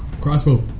crossbow